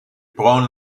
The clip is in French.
prend